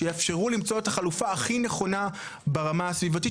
שיאפשרו למצוא את החלופה הכי נכונה ברמה הסביבתית,